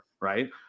right